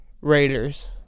Raiders